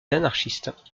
anarchistes